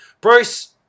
Bruce